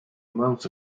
amounts